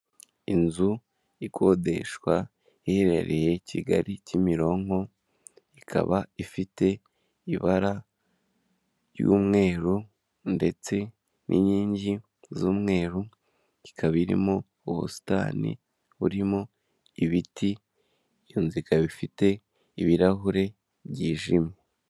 Inzu ikodeshwa iherereye Kigali Kimironko ikaba ifite ibara ry'umweru ndetse n'inkingi z'umweru, ikaba irimo ubusitani burimo ibiti iyo nzu ikaba bifite ibirahure byijimye.